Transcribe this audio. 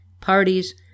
parties